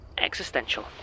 existential